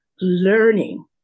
learning